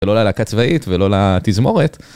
ולא ללהקת צבאית ולא לתזמורת.